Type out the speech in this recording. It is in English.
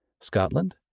Scotland